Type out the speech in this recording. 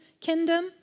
kingdom